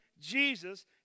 Jesus